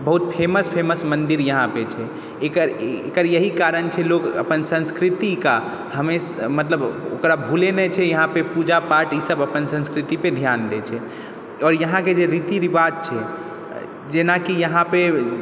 बहुत famous famous मन्दिर यहाँपर छै एकर इएह एकर यही कारण छै लोक अपन संस्कृतिके हमेशा मतलब ओकरा भूलै नहि छै यहाँपर पूजा पाठ ई सब अपन संस्कृतिपर धियान दै छै आओर यहाँके जे रीति रिवाज छै जेनाकि यहाँपर